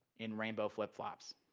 in rainbow flip-flops.